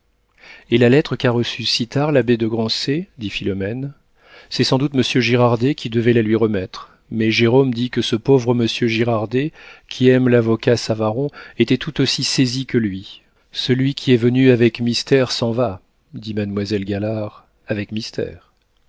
et la lettre qu'a reçue si tard l'abbé de grancey dit philomène c'est sans doute monsieur girardet qui devait la lui remettre mais jérôme dit que ce pauvre monsieur girardet qui aime l'avocat savaron était tout aussi saisi que lui celui qui est venu avec mystère s'en va dit mademoiselle galard avec mystère